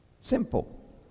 Simple